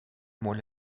mot